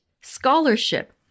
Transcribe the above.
scholarship